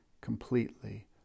completely